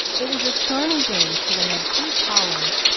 it was a stormy day, so they had few callers,